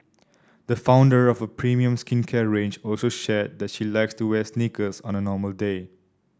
the founder of a premium skincare range also shared that she likes to wear sneakers on a normal day